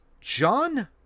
John